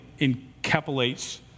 encapsulates